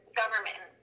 government